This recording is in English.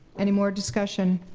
any more discussion?